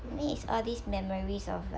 to me it's all these memories of li~